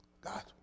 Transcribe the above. God